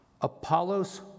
Apollos